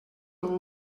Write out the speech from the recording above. all